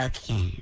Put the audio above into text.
Okay